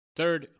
third